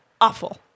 awful